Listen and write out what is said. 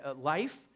life